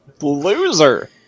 Loser